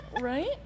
right